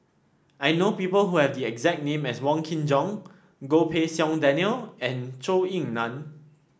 I know people who have the exact name as Wong Kin Jong Goh Pei Siong Daniel and Zhou Ying Nan